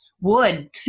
wood